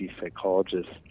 psychologists